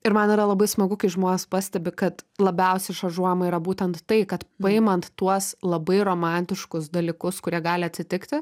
ir man yra labai smagu kai žmonės pastebi kad labiausiai šaržuojama yra būtent tai kad paimant tuos labai romantiškus dalykus kurie gali atsitikti